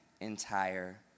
entire